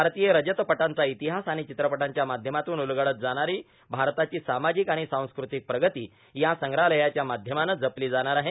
भारतीय रजतपटांचा इतिहास आणि चित्रपटांच्या माध्यमातून उलगडत जाणारी भारताची सामाजिक आणि सांस्क्रतिक प्रगती या संग्रहालयाच्या माध्यमानं जपली जाणार आहे